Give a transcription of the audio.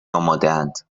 آمادهاند